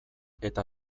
eta